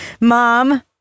Mom